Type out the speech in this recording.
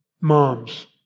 Moms